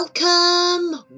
Welcome